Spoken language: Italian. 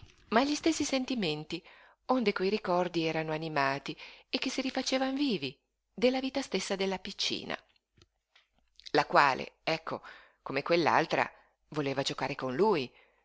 ma agli stessi sentimenti onde quei ricordi erano animati e che si rifacevan vivi della vita stessa della piccina la quale ecco come quell'altra voleva giocare con lui